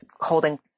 holding –